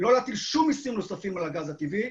אסור להטיל מיסים נוספים על הגז הטבעי.